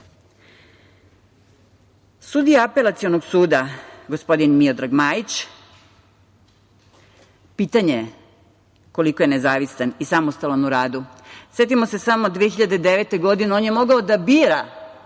Apelacionog suda, gospodin Miodrag Majić, pitanje je koliko je nezavistan i samostalan u radu. Setimo se samo 2009. godine. On je mogao da bira